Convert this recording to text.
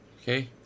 okay